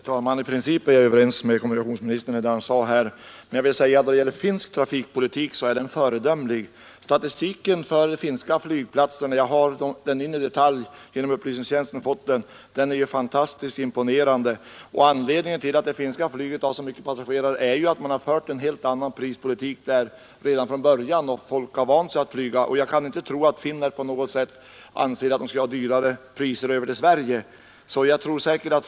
Herr talman! I princip är jag överens med kommunikationsministern om vad han sade här. Men när det gäller finsk trafikpolitik vill jag säga att den är föredömlig. Statistiken för de finska flygplatserna — jag har fått den i detalj genom upplysningstjänsten — är fantastiskt imponerande. Anledningen till att det finska flyget har så mycket passagerare är ju att man på den sidan har fört en helt annan prispolitik redan från början så att folk har vant sig att flyga. Jag kan inte tro att Finland på något sätt anser att man skall ha högre priser på resor över till Sverige.